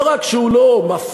לא רק שהוא לא מפלה,